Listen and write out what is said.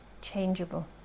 changeable